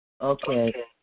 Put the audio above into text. Okay